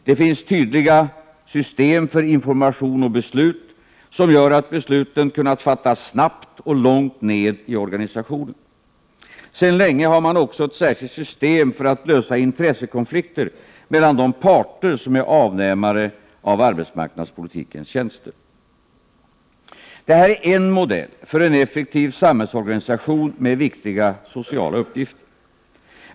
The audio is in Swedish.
Det finns tydliga informationsoch beslutssystem som gör att besluten kunnat fattas snabbt och långt ner i organisationen. Sedan länge har man också ett särskilt system för att lösa intressekonflikter mellan de parter som är avnämare av arbetsmarknadspolitikens tjänster. Det här är en modell för en effektiv samhällsorganisation med viktiga sociala uppgifter.